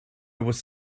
was